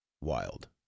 wild